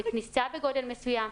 כניסה בגודל מסוים.